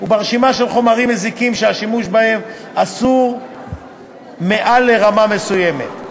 ורשימה של חומרים מזיקים שהשימוש בהם אסור מעל רמה מסוימת.